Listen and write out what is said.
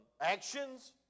actions